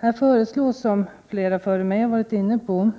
Här föreslås, som flera talare före mig har varit inne på,